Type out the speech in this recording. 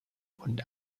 und